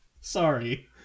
Sorry